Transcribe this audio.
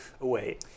away